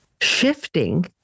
shifting